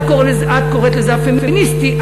את קוראת לזה הפמיניסטי,